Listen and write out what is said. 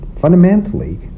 Fundamentally